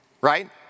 right